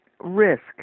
risk